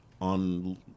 on